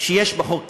שיש בחוק הזה,